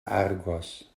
argos